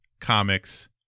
comics